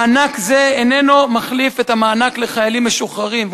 מענק זה איננו מחליף את המענק לחיילים משוחררים.